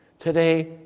Today